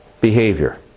behavior